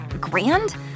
grand